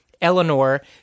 Eleanor